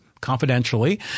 confidentially